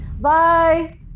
Bye